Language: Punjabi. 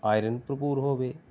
ਆਇਰਨ ਭਰਪੂਰ ਹੋਵੇ